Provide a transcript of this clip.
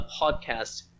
podcast